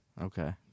Okay